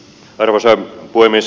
arvoisa puhemies